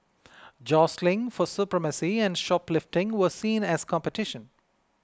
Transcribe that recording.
jostling for supremacy and shoplifting were seen as competition